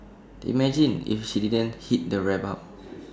imagine if she didn't heat the wrap up